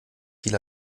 viel